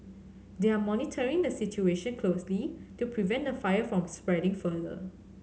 they are monitoring the situation closely to prevent the fire from spreading further